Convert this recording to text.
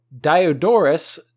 Diodorus